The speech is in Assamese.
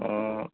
অ